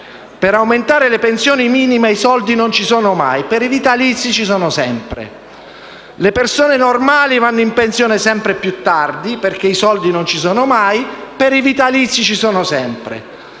Per aumentare le pensioni minime i soldi non ci sono mai; per i vitalizi ci sono sempre. Le persone normali vanno in pensione sempre più tardi, perché i soldi non ci sono mai; per i vitalizi ci sono sempre.